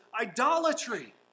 idolatry